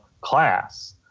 class